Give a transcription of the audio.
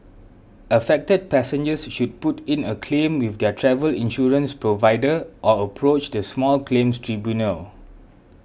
affected passengers should put in a claim with their travel insurance provider or approach the small claims tribunal